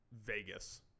Vegas